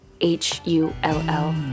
H-U-L-L